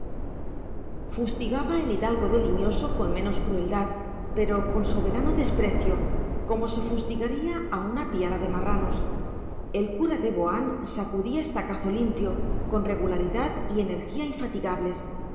fustigaba el hidalgo de limioso con menos crueldad pero con soberano desprecio como se fustigaría a una piara de marranos el cura de boán sacudía estacazo limpio con regularidad y energía infatigables